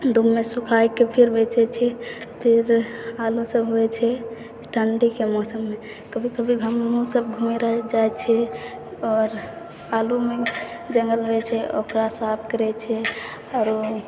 धुपमे सुखायके फिर बेचैत छै फिर आलू सभ होइत छै ठण्डीके मौसममे कभी कभी हमहुँ सभ घुमैले जाइत छी आओर आलूमे जङ्गल रहैत छै ओकरा साफ करैत छै आरो